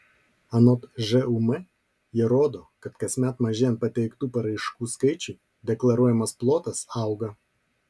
anot žūm jie rodo kad kasmet mažėjant pateiktų paraiškų skaičiui deklaruojamas plotas auga